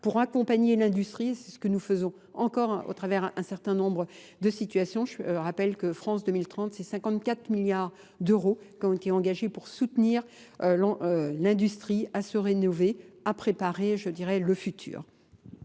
pour accompagner l'industrie. C'est ce que nous faisons encore au travers un certain nombre de situations. Je rappelle que France 2030, c'est 54 milliards d'euros qu'on est engagé pour soutenir l'industrie à se rénover, à préparer, je dirais, le futur.